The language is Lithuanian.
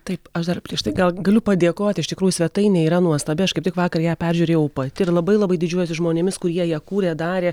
taip aš dar prieš tai gal galiu padėkoti iš tikrųjų svetainė yra nuostabi aš kaip tik vakar ją peržiūrėjau pati ir labai labai didžiuojuosi žmonėmis kurie ją kūrė darė